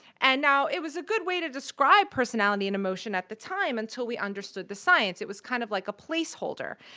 and now it was a good way to describe personality and emotion at the time until we understood the science. it was kind of like a placeholder.